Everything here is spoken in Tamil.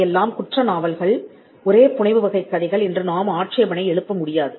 அவையெல்லாம் குற்ற நாவல்கள் ஒரே புனைவு வகை கதைகள் என்று நாம் ஆட்சேபணை எழுப்ப முடியாது